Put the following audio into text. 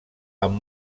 amb